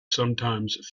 sometimes